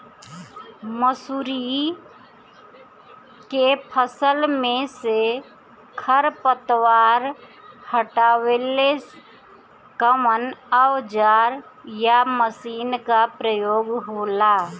मसुरी के फसल मे से खरपतवार हटावेला कवन औजार या मशीन का प्रयोंग होला?